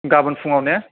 गाबोन फुङाव ने